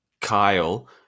Kyle